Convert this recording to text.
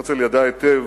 הרצל ידע היטב